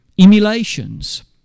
Emulations